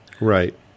Right